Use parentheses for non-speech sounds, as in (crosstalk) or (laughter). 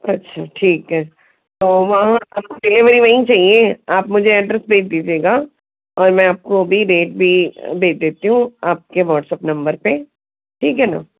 अच्छा ठीक है तो वहाँ डिलेवरी वहीं चाहिए आप मुझे एड्रैस भेज दीजिएगा और मैं आपको भी (unintelligible) भेज देती हूँ आपके व्हाट्सएप नंबर पर ठीक है ना